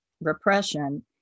repression